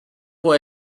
può